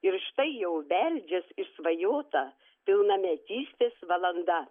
ir štai jau beldžias išsvajota pilnametystės valanda